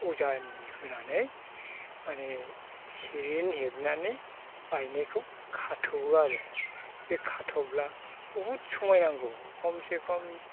अजानि होनानै माने सिरेन हेबनानै बायनायखौ खाथ'बो आरो बे खाथ'ब्ला बहुद समय नांगौ खमसेखम